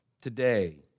Today